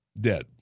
dead